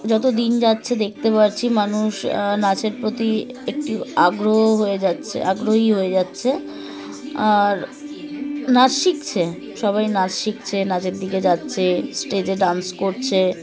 যত দিন যাচ্ছে দেখতে পাচ্ছি মানুষ নাচের প্রতি একটু আগ্রহ হয়ে যাচ্ছে আগ্রহী হয়ে যাচ্ছে আর নাচ শিখছে সবাই নাচ শিখছে নাচের দিকে যাচ্ছে স্টেজে ডান্স করছে